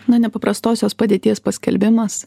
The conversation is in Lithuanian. na nepaprastosios padėties paskelbimas